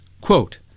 Quote